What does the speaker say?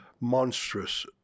monstrous